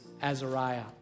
Azariah